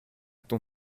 ton